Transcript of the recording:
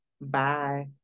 Bye